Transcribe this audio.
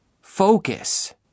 Focus